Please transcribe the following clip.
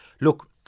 Look